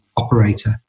Operator